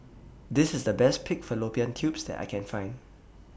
This IS The Best Pig Fallopian Tubes that I Can Find